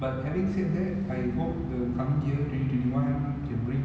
I hope we are able to enjoy life as it was before pre COVID